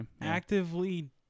actively